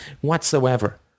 whatsoever